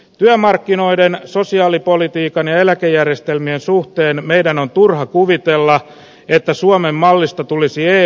työmarkkinoiden sosiaalipolitiikan eläkejärjestelmien suhteen meidän on turha kuvitella että suomen mallista tulisi ei